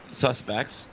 suspects